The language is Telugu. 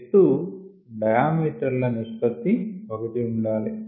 ఎత్తు డయామీటర్ ల నిష్పత్తి 1ఉండాలి